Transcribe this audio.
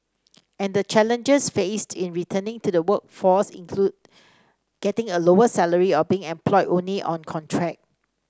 and the challenges faced in returning to the workforce include getting a lower salary or being employed only on contract